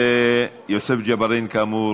יוסף ג'בארין, כאמור,